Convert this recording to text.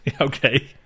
Okay